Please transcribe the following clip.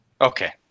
Okay